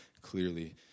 clearly